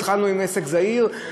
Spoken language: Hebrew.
התחלנו עם עסק זעיר,